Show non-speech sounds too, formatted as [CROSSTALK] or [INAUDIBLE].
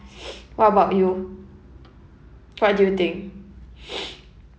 [NOISE] what about you what do you think [NOISE]